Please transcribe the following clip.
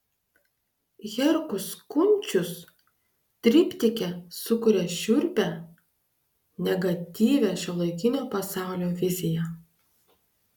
herkus kunčius triptike sukuria šiurpią negatyvią šiuolaikinio pasaulio viziją